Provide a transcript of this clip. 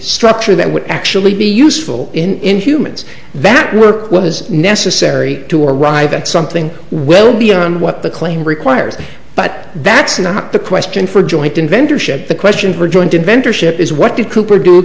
structure that would actually be useful in humans that work what is necessary to arrive at something well beyond what the claim requires but that's not the question for joint inventor ship the question for joint inventor ship is what did cooper do